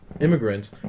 immigrants